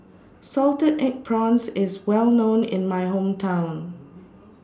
Salted Egg Prawns IS Well known in My Hometown